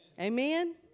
Amen